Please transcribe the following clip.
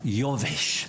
שיש יובש.